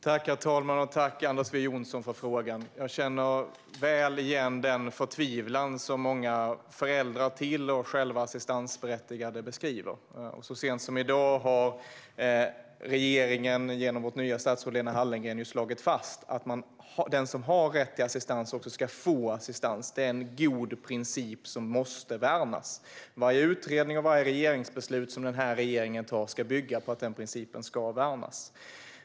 Herr talman! Tack, Anders W Jonsson, för frågan! Jag känner väl igen den förtvivlan som många föräldrar till eller sådana som själva är assistansberättigade beskriver. Så sent som i dag har regeringen genom sitt nya statsråd Lena Hallengren slagit fast att den som har rätt till assistans också ska få assistans. Det är en god princip som måste värnas. Varje utredning och varje regeringsbeslut som denna regering tar ska bygga på att den här principen värnas.